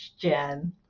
Jen